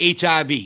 HIV